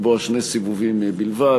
לקבוע שני סיבובים בלבד.